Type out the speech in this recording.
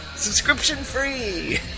subscription-free